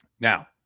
now